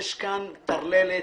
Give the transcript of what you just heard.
יש כאן טרללת